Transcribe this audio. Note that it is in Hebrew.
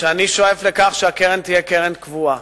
שאני שואף לכך שהקרן תהיה קרן קבועה.